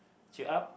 cheer up